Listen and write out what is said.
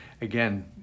again